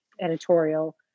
editorial